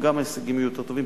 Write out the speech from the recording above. ההישגים יהיו יותר טובים,